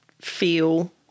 feel